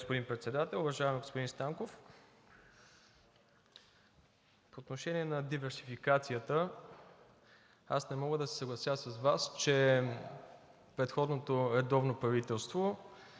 Ви, господин Председател. Уважаеми, господин Станков! По отношение на диверсификацията – аз не мога да се съглася с Вас, че предходното редовно правителство